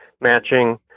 matching